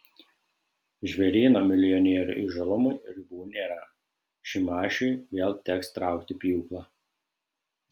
žvėryno milijonierių įžūlumui ribų nėra šimašiui vėl teks traukti pjūklą